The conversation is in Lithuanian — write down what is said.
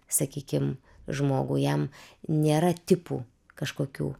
sakykim žmogų jam nėra tipų kažkokių